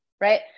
right